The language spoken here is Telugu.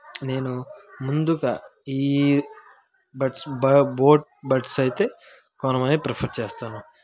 నేను ముందుగా ఈ బడ్స్ బోట్ బోట్ బడ్స్ అయితే కొనమని ప్రిఫర్ చేస్తాను